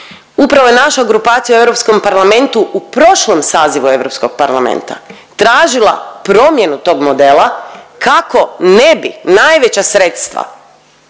Upravo je naša grupacija u Europskom parlamentu u prošlom sazivu Europskog parlamenta tražila promjenu tog modela kako ne bi najveća sredstva